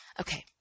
Okay